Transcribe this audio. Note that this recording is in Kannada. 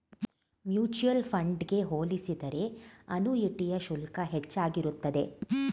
ಮ್ಯೂಚುಯಲ್ ಫಂಡ್ ಗೆ ಹೋಲಿಸಿದರೆ ಅನುಯಿಟಿಯ ಶುಲ್ಕ ಹೆಚ್ಚಾಗಿರುತ್ತದೆ